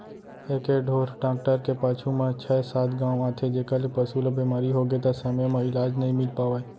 एके ढोर डॉक्टर के पाछू म छै सात गॉंव आथे जेकर ले पसु ल बेमारी होगे त समे म इलाज नइ मिल पावय